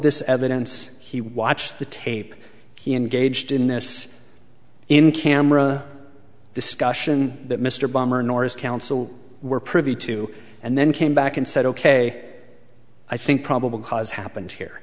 this evidence he watched the tape he engaged in this in camera discussion that mr balmer nor his counsel were privy to and then came back and said ok i think probable cause happened here